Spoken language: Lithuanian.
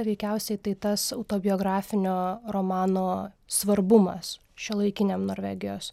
veikiausiai tai tas autobiografinio romano svarbumas šiuolaikiniam norvegijos